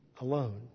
alone